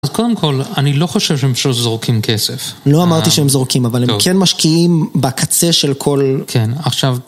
אז קודם כל, אני לא חושב שהם פשוט זורקים כסף. לא אמרתי שהם זורקים, אבל הם כן משקיעים בקצה של כל... כן, עכשיו...